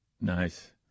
Nice